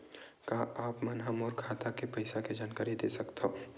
का आप मन ह मोला मोर खाता के पईसा के जानकारी दे सकथव?